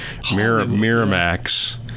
Miramax